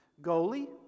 Goalie